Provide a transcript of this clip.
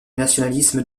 nationalisme